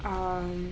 um